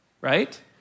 right